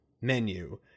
menu